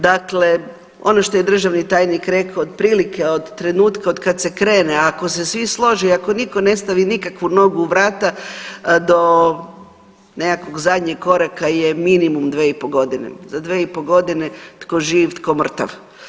Dakle ono što je državni tajnik rekao otprilike od trenutka otkad se krene ako se svi slože i ako niko ne stavi nikakvu nogu u vrata do nekakvog zadnjeg koraka je minimum 2,5.g., za 2,5.g. tko živ tko mrtav.